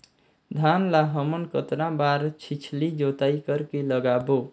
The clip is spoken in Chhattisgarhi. धान ला हमन कतना बार छिछली जोताई कर के लगाबो?